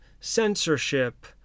censorship